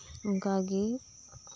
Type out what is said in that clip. ᱚᱱᱠᱟᱜᱮ